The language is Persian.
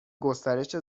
گسترش